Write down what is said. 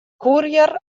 courier